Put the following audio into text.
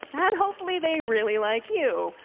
and hopefully they really like you.